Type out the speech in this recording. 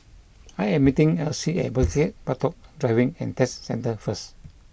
I am meeting Elsie at Bukit Batok Driving and Test Centre first